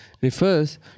refers